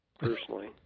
Personally